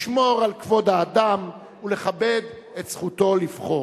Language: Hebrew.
לשמור על כבוד האדם ולכבד את זכותו לפעול.